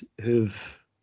who've